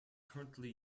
currently